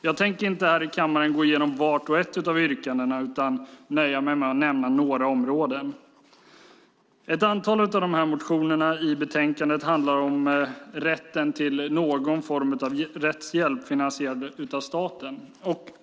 Jag tänker inte gå igenom vart och ett av yrkandena här i kammaren utan nöjer mig med att nämna några områden. Ett antal av motionerna som behandlas i betänkandet handlar om rätten till någon form av rättshjälp finansierad av staten.